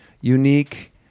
unique